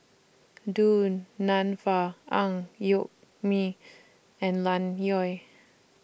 Du Nanfa Ang Yoke Mooi and Ian Loy